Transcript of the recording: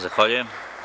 Zahvaljujem.